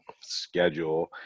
schedule